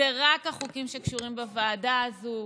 אלה רק החוקים שקשורים בוועדה הזו,